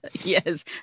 Yes